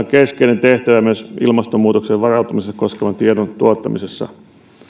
keskeinen tehtävä myös ilmastonmuutokseen varautumista koskevan tiedon tuottamisessa